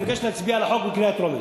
אני מבקש להצביע על החוק בקריאה טרומית.